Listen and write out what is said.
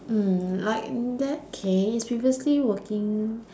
mm like in that case previously working